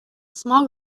small